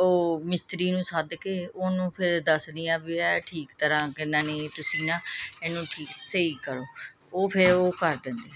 ਉਹ ਮਿਸਤਰੀ ਨੂੰ ਸੱਦ ਕੇ ਉਹਨੂੰ ਫਿਰ ਦੱਸਦੀ ਹਾਂ ਵੀ ਇਹ ਠੀਕ ਤਰ੍ਹਾਂ ਕਿੰਨਾ ਨਹੀਂ ਤੁਸੀਂ ਨਾ ਇਹਨੂੰ ਠੀਕ ਸਹੀ ਕਰੋ ਉਹ ਫਿਰ ਉਹ ਕਰ ਦਿੰਦੇ ਆ